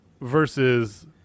versus